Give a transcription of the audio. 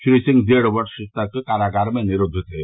श्री सिंह डेढ़ वर्ष तक कारागार में निरुद्व थे